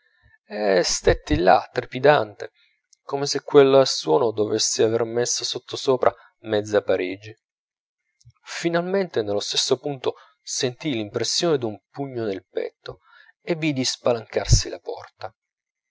e stetti là trepidante come se quel suono dovesse aver messo sottosopra mezza parigi finalmente nello stesso punto sentii l'impressione d'un pugno nel petto e vidi spalancarsi la porta